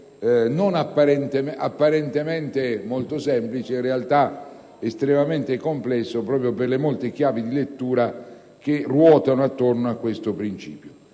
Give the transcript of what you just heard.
apparentemente molto semplice, ma che in realtà è estremamente complesso proprio per le molte chiavi di lettura che ruotano attorno a questo principio.